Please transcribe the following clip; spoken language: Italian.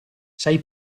sei